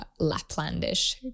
Laplandish